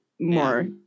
more